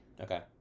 Okay